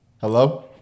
Hello